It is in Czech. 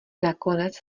nakonec